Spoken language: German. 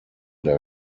der